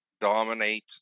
dominate